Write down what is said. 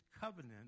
covenant